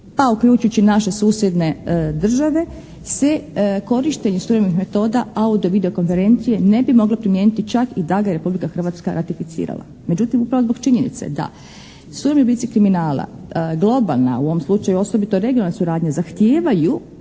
pa uključujući naše susjedne države se korištenje suvremenih metoda audio video konferencije ne bi moglo primijeniti čak i da ga je Republika Hrvatska ratificirala. Međutim, upravo zbog činjenice da suvremeni oblici kriminala, globalna u ovom slučaju osobito regionalna suradnja zahtijevaju